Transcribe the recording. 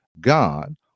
God